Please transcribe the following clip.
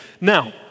Now